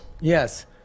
Yes